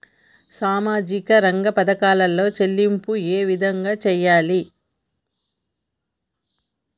సామాజిక రంగ పథకాలలో చెల్లింపులు ఏ విధంగా చేయాలి?